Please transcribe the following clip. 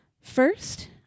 First